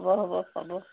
হ'ব হ'ব হ'ব